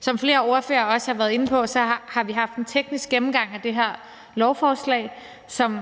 Som flere ordførere også har været inde på, har vi haft en teknisk gennemgang af det her lovforslag, som